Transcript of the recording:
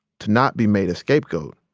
to not be made a scapegoat,